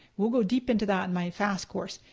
we'll go deep into that in my fast course.